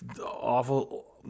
awful